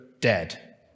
dead